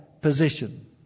position